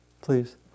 Please